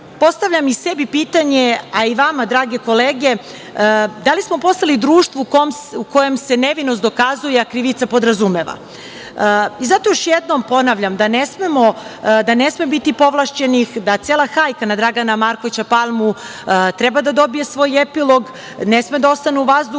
Postavljam i sebi pitanje, a i vama drage kolege - da li smo postali društvo u kojem se nevinost dokazuje, a krivica podrazumeva? Zato još jednom ponavljam da ne sme biti povlašćenih, da cela hajka na Dragana Markovića Palmu treba da dobije svoj epilog, ne sme da ostane u vazduhu,